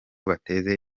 bateze